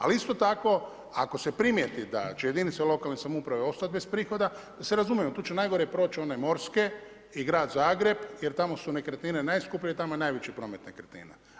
Ali isto tako, ako se primijeti da će jedinice lokalne samouprave, ostati bez prihoda, da se razumijemo, tu će najgore proći one morske i Grad Zagreb, jer tamo su nekretnine najskuplje i tamo je najveći promet nekretnina.